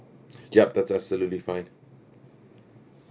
yup that's absolutely fine